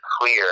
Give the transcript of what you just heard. clear